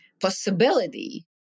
possibility